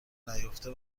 نیافته